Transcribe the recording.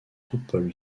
coupole